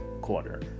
quarter